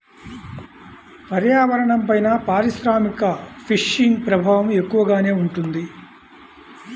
పర్యావరణంపైన పారిశ్రామిక ఫిషింగ్ ప్రభావం ఎక్కువగానే ఉంటుంది